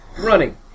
Running